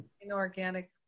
inorganic